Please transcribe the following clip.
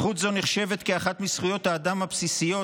זכות זו נחשבת כאחת מזכויות האדם הבסיסיות,